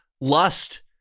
lust